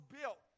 built